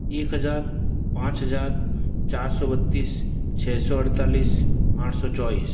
एक हज़ार पाँच हज़ार चार सौ बत्तीस छः सौ अड़तालीस आठ सौ चौबीस